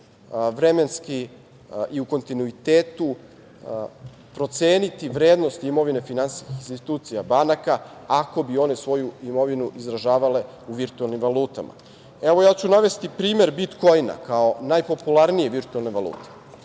vremenski i u kontinuitetu proceniti vrednost imovine finansijskih institucija banaka ako bi one svoju imovinu izražavale u virtuelnim valutama. Navešću primer bitkoina, kao najpopularnije virtuelne valute.